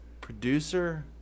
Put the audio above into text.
producer